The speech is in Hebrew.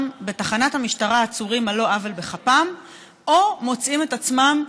בתחנת המשטרה עצורים על לא עוול בכפם או מוצאים את עצמם מוכים,